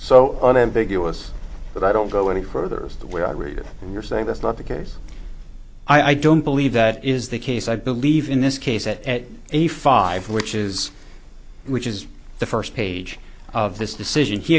so unambiguous but i don't go any further as to where i read it you're saying that's not the case i don't believe that is the case i believe in this case that a five which is which is the first page of this decision he